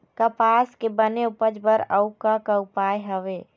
कपास के बने उपज बर अउ का का उपाय हवे?